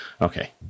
Okay